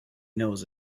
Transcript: knows